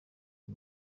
uyu